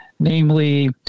Namely